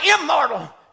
immortal